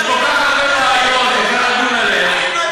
יש כל כך הרבה בעיות שאפשר לדון בהן,